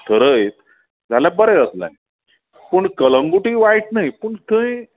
थरयत जाल्यार बरें जातले पूण कलंगुटय वायट न्हय थंय